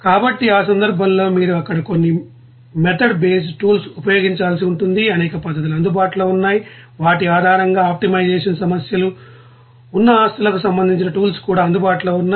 కాబట్టి ఆ సందర్భంలో మీరు అక్కడ కొన్ని మెథడ్ బేస్డ్ టూల్స్ ఉపయోగించాల్సి ఉంటుంది అనేక పద్ధతులు అందుబాటులో ఉన్నాయి వాటి ఆధారంగా ఆప్టిమైజేషన్ సమస్యలు ఉన్న ఆస్తులకు సంబంధిత టూల్స్ కూడా అందుబాటులో ఉన్నాయి